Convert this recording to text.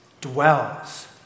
dwells